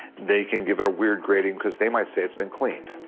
they can give it a weird grading because they might say it's been cleaned.